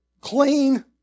clean